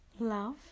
love